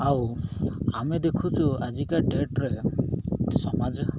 ଆଉ ଆମେ ଦେଖୁଚୁ ଆଜିକା ଡେଟରେ ସମାଜ